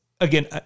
again